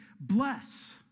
bless